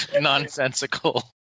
Nonsensical